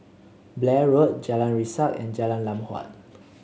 Blair Road Jalan Resak and Jalan Lam Huat